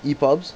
E_pubs